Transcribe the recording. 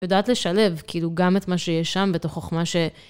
יודעת לשלב כאילו גם את מה שיש שם ואת החוכמה ש...